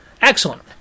Excellent